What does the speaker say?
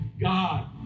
god